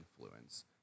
influence